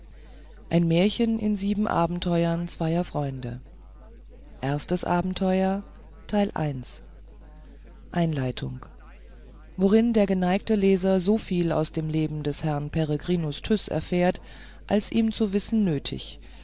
ein märchen in sieben abenteuern zweier freunde erstes abenteuer einleitung worin der geneigte leser so viel aus dem leben des herrn peregrinus tyß erfährt als ihm zu wissen nötig